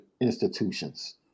institutions